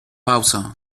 pausa